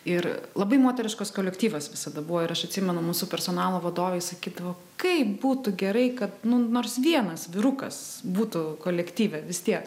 ir labai moteriškas kolektyvas visada buvo ir aš atsimenu mūsų personalo vadovai sakydavo kaip būtų gerai kad nu nors vienas vyrukas būtų kolektyve vis tiek